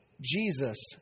Jesus